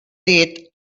dit